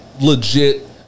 legit